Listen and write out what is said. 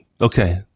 Okay